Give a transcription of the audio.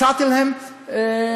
הצעתי להם גישור.